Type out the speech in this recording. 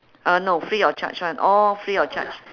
uh no free of charge [one] all free of charge